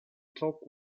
talk